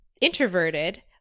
introverted